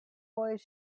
boys